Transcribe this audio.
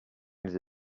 ils